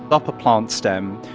up a plant stem,